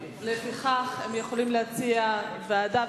הם יכולים להציע ועדה.